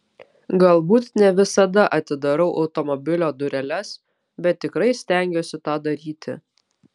galbūt ne visada atidarau automobilio dureles bet tikrai stengiuosi tą daryti